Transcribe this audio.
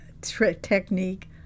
technique